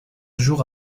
jours